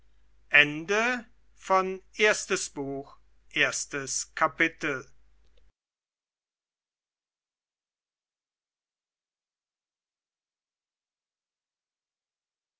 erstes buch erstes kapitel